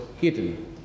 hidden